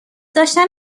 داشتن